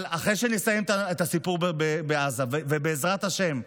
אבל אחרי שנסיים את הסיפור בעזה, בעזרת השם,